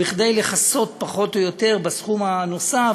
כדי לכסות, פחות או יותר, בסכום הנוסף,